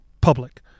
public